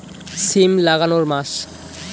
সিম লাগানোর মাস?